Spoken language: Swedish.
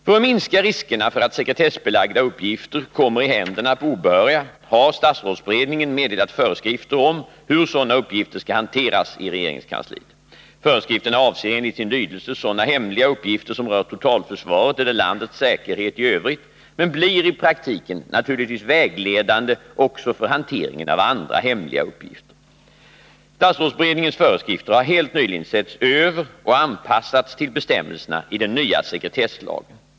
För att minska riskerna för att sekretessbelagda uppgifter kommer i händerna på obehöriga har statsrådsberedningen meddelat föreskrifter om hur sådana uppgifter skall hanteras i regeringskansliet. Föreskrifterna avser enligt sin lydelse sådana hemliga uppgifter som rör totalförsvaret eller Nr 37 landets säkerhet i övrigt men blir i praktiken naturligtvis vägledande också för hanteringen av andra hemliga uppgifter. Statsrådsberedningens föreskrifter har helt nyligen setts över och anpassats till bestämmelserna i den nya sekretesslagen.